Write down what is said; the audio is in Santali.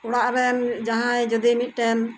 ᱚᱲᱟ ᱨᱮᱱ ᱡᱟᱦᱟᱸᱭ ᱡᱩᱫᱤ ᱢᱤᱜᱴᱮᱱ